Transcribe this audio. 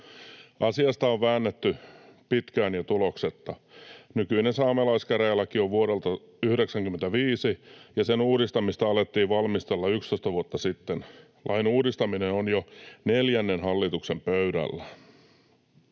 Asiasta on väännetty pitkään ja tuloksetta. Nykyinen saamelaiskäräjälaki on vuodelta 95, ja sen uudistamista alettiin valmistella 11 vuotta sitten. Lain uudistaminen on jo neljännen hallituksen pöydällä.